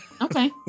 Okay